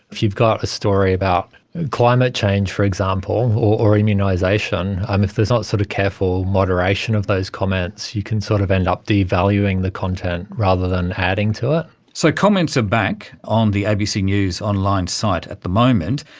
if you've got a story about climate change, for example, or immunisation, um if there's not sort of careful moderation of those comments you can sort of end up devaluing the content rather than adding to it. so comments are back on the abc news online site at the moment.